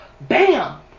Bam